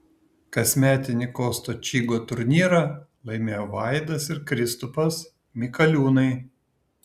kasmetinį kosto čygo turnyrą laimėjo vaidas ir kristupas mikaliūnai